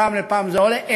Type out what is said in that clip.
מפעם לפעם זה עולה,